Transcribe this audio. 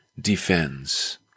defends